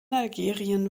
algerien